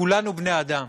כולנו בני-אדם